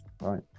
right